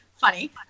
funny